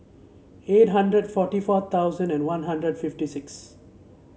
eight hundred forty four thousand and One Hundred fifty six